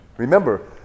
Remember